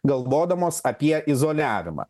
galvodamos apie izoliavimą